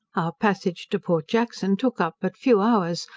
our passage to port jackson took up but few hours,